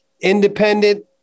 independent